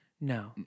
no